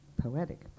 poetic